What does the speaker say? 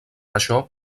això